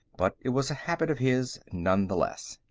but it was a habit of his nonetheless.